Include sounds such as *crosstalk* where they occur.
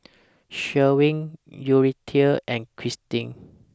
*noise* Sherwin Yuridia and Kristin